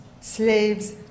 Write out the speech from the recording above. slaves